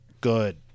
Good